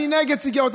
אני נגד סיגריות.